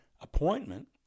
appointment